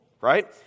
right